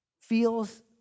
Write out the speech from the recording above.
feels